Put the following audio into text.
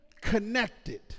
connected